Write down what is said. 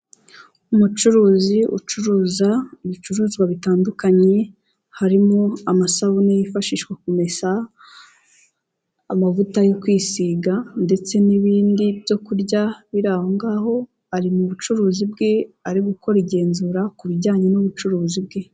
Umucuruzi ucuruza, ibicuruzwa bitandukanye, harimo amasabune yifashishwa mu kumesa, amavuta yo kwisiga, ndetse n'ibindi byo kurya biri aho ngaho, ari mu bucuruzi bwe, ari gukora igenzura ku bijyanye n'ubucuruzi bwe.